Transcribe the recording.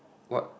what